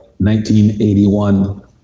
1981